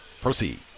proceed